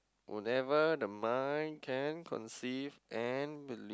whatever the mind can conceive and believe